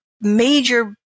major